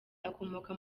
akomoka